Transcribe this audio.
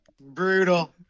Brutal